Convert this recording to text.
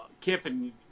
Kiffin